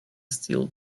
steel